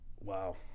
wow